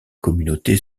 communauté